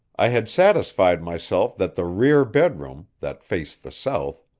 i had satisfied myself that the rear bedroom, that faced the south,